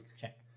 Check